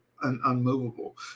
unmovable